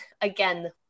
again